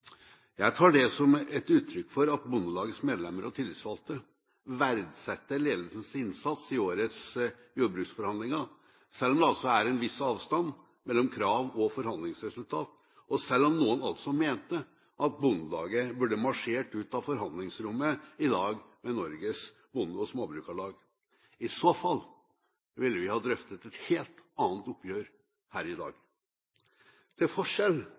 Jeg tar det som et uttrykk for at Bondelagets medlemmer og tillitsvalgte verdsetter ledelsens innsats i årets jordbruksforhandlinger, selv om det altså er en viss avstand mellom krav og forhandlingsresultat, og selv om noen altså mente at Bondelaget burde marsjert ut av forhandlingsrommet i lag med Norsk Bonde- og Småbrukarlag. I så fall ville vi ha drøftet et helt annet oppgjør her i dag. Til forskjell